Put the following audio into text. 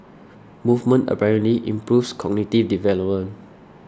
movement apparently improves cognitive development